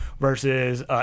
versus